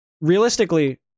realistically